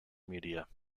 media